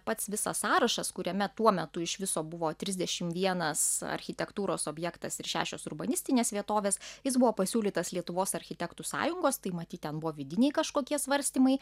pats visas sąrašas kuriame tuo metu iš viso buvo trisdešim vienas architektūros objektas ir šešios urbanistinės vietovės jis buvo pasiūlytas lietuvos architektų sąjungos tai matyt ten buvo vidiniai kažkokie svarstymai